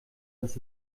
das